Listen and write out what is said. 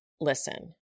listen